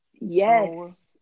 Yes